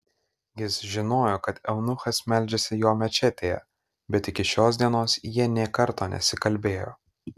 jis žinojo kad eunuchas meldžiasi jo mečetėje bet iki šios dienos jie nė karto nesikalbėjo